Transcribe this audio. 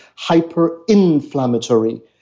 hyperinflammatory